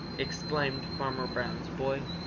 exclaimed farmer brown's boy.